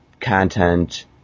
content